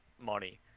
money